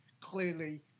clearly